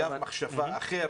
קו מחשבה אחר